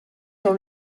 are